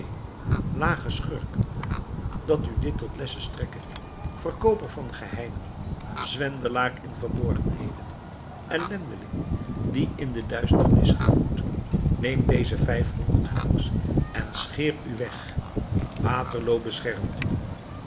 schurk dat u dit tot les strekke verkooper van geheimen zwendelaar in verborgenheden ellendeling die in de duisternissen wroet neem deze vijfhonderd francs en scheer u weg waterloo beschermt u